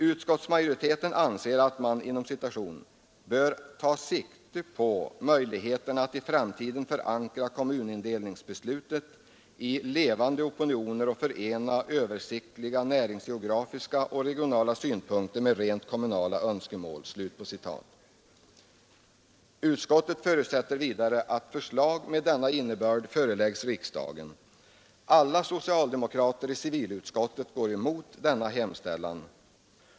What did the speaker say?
Utskottsmajoriteten anser att man ”bör ta sikte på möjligheterna att i framtiden förankra kommunindelningsbeslut i levande opinioner och förena översiktliga, näringsgeografiska och regionala synpunkter med rent kommunala önskemål”. Utskottet förutsätter vidare att förslag med denna innebörd föreläggs riksdagen. Alla socialdemokrater i civilutskottet går emot denna hemställan.